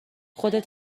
خودت